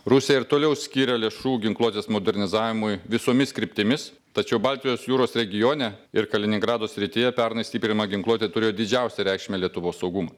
rusija ir toliau skiria lėšų ginkluotės modernizavimui visomis kryptimis tačiau baltijos jūros regione ir kaliningrado srityje pernai stiprinama ginkluotė turėjo didžiausią reikšmę lietuvos saugumui